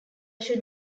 should